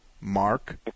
Mark